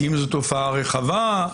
אם זו תופעה רחבה,